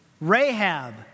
Rahab